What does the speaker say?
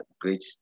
great